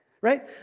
right